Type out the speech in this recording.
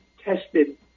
tested